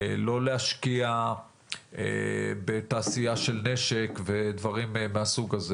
לא להשקיע בתעשייה של נשק ודברים מהסוג הזה.